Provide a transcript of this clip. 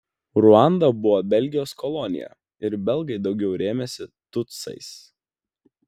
ruanda buvo belgijos kolonija ir belgai daugiau rėmėsi tutsiais